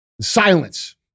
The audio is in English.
Silence